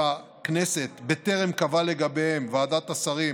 הכנסת בטרם קבעה לגביהן ועדת השרים